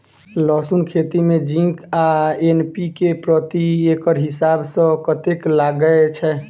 लहसून खेती मे जिंक आ एन.पी.के प्रति एकड़ हिसाब सँ कतेक लागै छै?